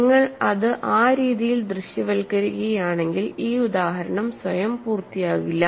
നിങ്ങൾ അത് ആ രീതിയിൽ ദൃശ്യവൽക്കരിക്കുകയാണെങ്കിൽ ഈ ഉദാഹരണം സ്വയം പൂർത്തിയാകില്ല